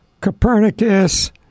Copernicus